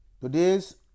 today's